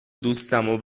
دوستمو